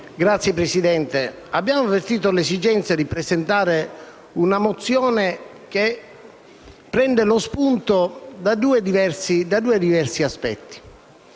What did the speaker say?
Signora Presidente, abbiamo avvertito l'esigenza di presentare una mozione che prenda spunto da due diversi elementi.